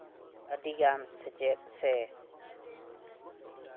ᱟᱹᱰᱤᱜᱟᱱ ᱥᱮᱪᱮᱫ ᱥᱮ